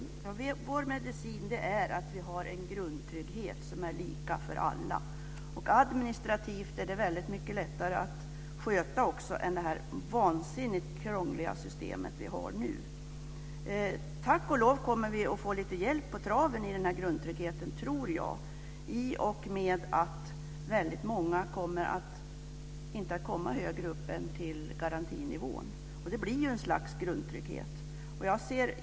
Fru talman! Vår medicin är att vi har en grundtrygghet som är lika för alla. Administrativt är det också väldigt mycket lättare att sköta än det vansinnigt krångliga system vi har nu. Tack och lov tror jag att vi kommer att få lite hjälp på traven med denna grundtrygghet i och med att väldigt många inte kommer att komma högre än till garantinivån. Det blir ju ett slags grundtrygghet.